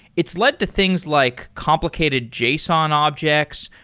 it's led to things like complicated json objects.